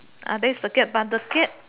then is the gap but the gap